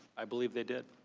i believe they did!